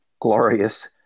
glorious